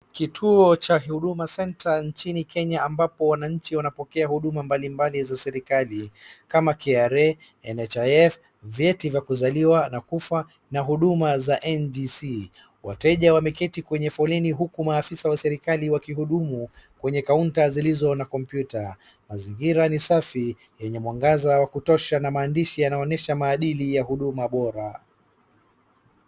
Kitu cha huduma centre nchini Kenya ambapo wananchi wanapokea huduma mbalimbali za serikali kama KRA, NHIF , vyeti vya kuzaliwa na kufa na huduma za NDC . Wateja wameketi kwenye foleni huku maafisa wa serikali wakihudumu kwenye kaunta zilizo na kompyuta. Mazingira ni safi yenye mwangaza wa kutosha na maandishi yaaonyesha maandishi na huduma bora.